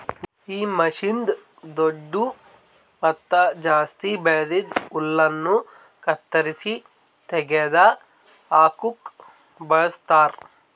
ಈ ಮಷೀನ್ನ್ನಿಂದ್ ದೊಡ್ಡು ಮತ್ತ ಜಾಸ್ತಿ ಬೆಳ್ದಿದ್ ಹುಲ್ಲನ್ನು ಕತ್ತರಿಸಿ ತೆಗೆದ ಹಾಕುಕ್ ಬಳಸ್ತಾರ್